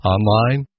Online